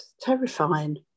terrifying